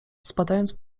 spadając